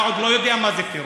כי אתה עוד לא יודע מה זה טרור.